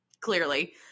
clearly